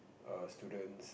err students